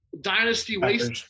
dynasty-waste